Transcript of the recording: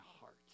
heart